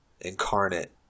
incarnate